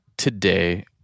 Today